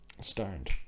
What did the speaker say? Stoned